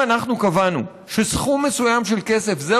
אם אנחנו קבענו שסכום מסוים של כסף הוא